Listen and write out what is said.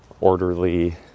orderly